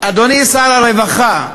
אדוני שר הרווחה,